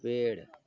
पेड़